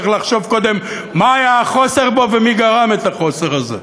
צריך לחשוב קודם מה היה החוסר בו ומי גרם את החוסר הזה.